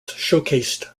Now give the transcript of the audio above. showcased